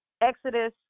Exodus